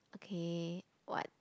okay what